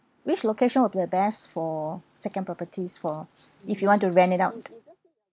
which location will be the best for second properties for if you want to rent it out